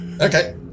okay